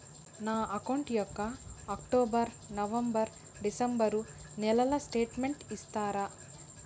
నా అకౌంట్ యొక్క October, November, December నెలల స్టేట్మెంట్ ఇస్తారా?